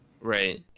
Right